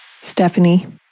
Stephanie